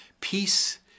Peace